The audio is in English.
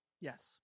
Yes